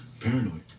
Paranoid